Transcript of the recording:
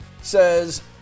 says